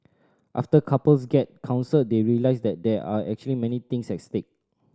after couples get counselled they realise that there are actually many things at stake